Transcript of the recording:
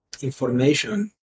information